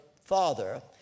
father